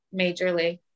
majorly